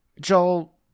Joel